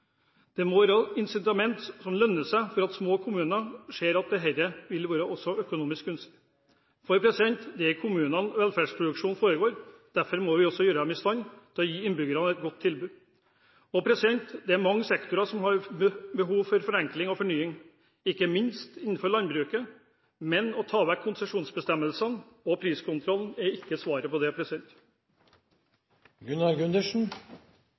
Det må være incitament for at det skal lønne seg for små kommuner å slå seg sammen, slik at de ser at det blir økonomisk gunstig. Det er i kommunene velferdsproduksjonen foregår, derfor må vi også gjøre dem i stand til å gi innbyggerne et godt tilbud. Det er mange sektorer som har behov for forenkling og fornying, ikke minst innenfor landbruket. Men å ta vekk konsesjonsbestemmelsene og priskontrollen er ikke svaret på det.